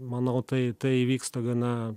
manau tai ta įvyksta gana